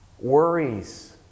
worries